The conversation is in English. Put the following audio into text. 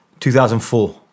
2004